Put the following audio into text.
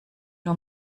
nur